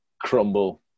crumble